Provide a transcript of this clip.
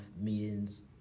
meetings